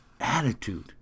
attitude